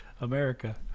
America